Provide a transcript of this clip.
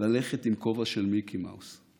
ללכת עם כובע של מיקי מאוס.